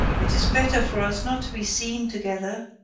it is better for us not to be seen together.